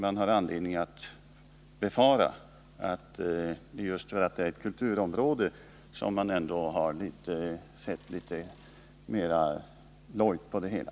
Det finns anledning att befara att man just därför att det gäller ett kulturområde har sett litet lojt på det hela.